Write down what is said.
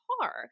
car